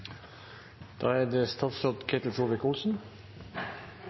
Da er det